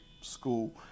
school